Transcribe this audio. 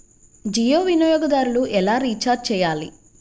జియో వినియోగదారులు ఎలా రీఛార్జ్ చేయాలి?